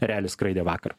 erelis skraidė vakar